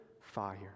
fire